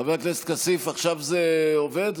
חבר הכנסת כסיף, עכשיו זה עובד?